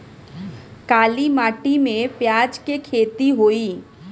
काली माटी में प्याज के खेती होई?